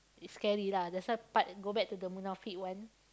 it's scary lah that's why part and go back to the Munafik one